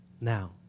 now